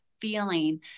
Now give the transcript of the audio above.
feeling